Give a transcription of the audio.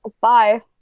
bye